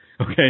Okay